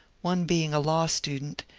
one being a law student,